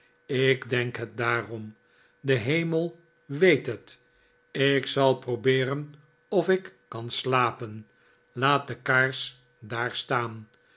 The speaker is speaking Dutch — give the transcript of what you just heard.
ik denk het daarom de hemel weet het ik zal probeeren of ik kan slapen laat de kaars daar staan